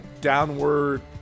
downward